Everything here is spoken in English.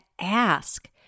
ask